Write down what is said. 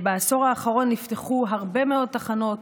בעשור האחרון נפתחו הרבה מאוד תחנות,